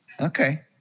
Okay